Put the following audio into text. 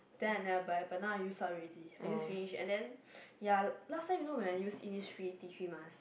then I never buy but now I use already I use finish and then ya last time you know when I use Innisfree tea tree mask